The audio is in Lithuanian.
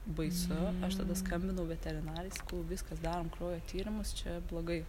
baisu aš tada skambinau veterinarei sakau viskas darom kraujo tyrimus čia blogai